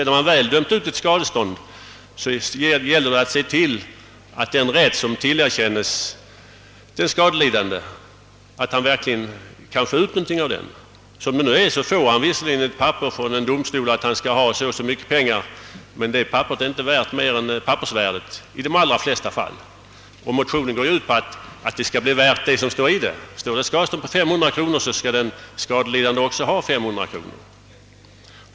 När man väl dömt ut ett skadestånd gäller det också att se till att den skadelidande verkligen kan få ut någonting av den rätt som tillerkänts honom. Som det nu är får han visserligen ett papper från en domstol att han skall ha så och så mycket pengar, men det papperet är i de allra flesta fall inte värt mer än själva pappersvärdet. Motionen går ut på att det skall bli värt den summa pengar som står på det. är det 500 kronor, så skall den skadelidande också ha 500 kronor.